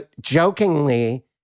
jokingly